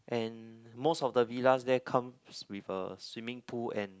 and most of the villas there comes with a swimming pool and